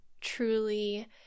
truly